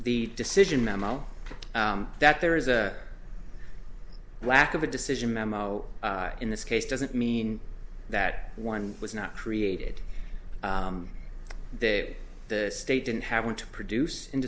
the decision memo that there is a lack of a decision memo in this case doesn't mean that one was not created that the state didn't have want to produce